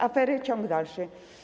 Afery ciąg dalszy.